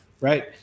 right